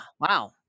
Wow